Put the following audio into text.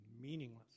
meaningless